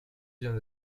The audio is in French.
vient